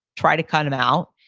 try to cut them out.